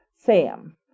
sam